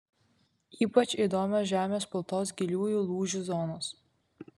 ypač įdomios žemės plutos giliųjų lūžių zonos